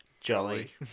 Jolly